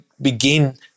begin